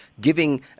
giving